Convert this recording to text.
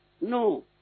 No